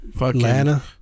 Atlanta